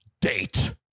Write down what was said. date